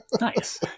Nice